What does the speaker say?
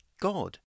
God